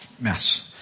mess